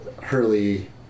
Hurley